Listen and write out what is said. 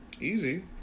easy